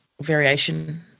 variation